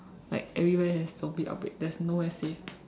like everywhere have zombie outbreak there's nowhere safe